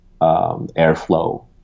airflow